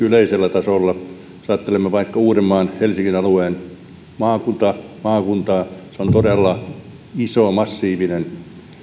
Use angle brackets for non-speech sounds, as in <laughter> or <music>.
<unintelligible> yleisellä tasolla jos ajattelemme vaikka uudenmaan ja helsingin alueen maakuntaa se on todella iso massiivinen